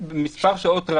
מספר רב של שעות,